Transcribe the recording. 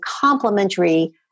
complementary